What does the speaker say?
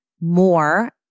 more